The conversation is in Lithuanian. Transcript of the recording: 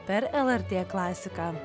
per lrt klasiką